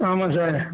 ஆமாம் சார்